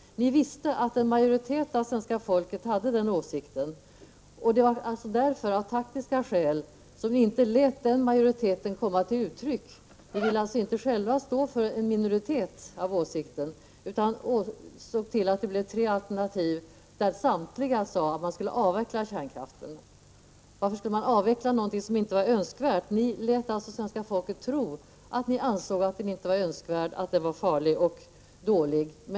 Ni visste att en majoritet av svenska folket hade den åsikten. Det var av taktiska skäl som ni inte lät den majoriteten komma till uttryck. Ni ville inte själva stå för en åsikt som omfattades av en minoritet, utan såg till att det blev tre alternativ där samtliga sade att man skulle avveckla kärnkraften. Ni lät svenska folket tro att ni ansåg att kärnkraften var farlig, att den inte var önskvärd.